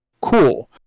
Cool